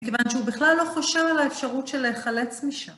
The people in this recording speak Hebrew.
כיוון שהוא בכלל לא חושב על האפשרות של להיחלץ משם.